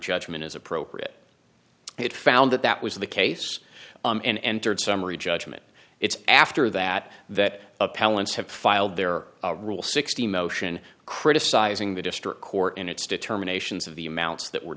judgment is appropriate it found that that was the case and entered summary judgment it's after that that appellant's have filed their rule sixty motion criticizing the district court and its determinations of the amounts that were